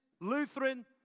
Lutheran